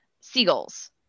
seagulls